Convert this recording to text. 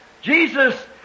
Jesus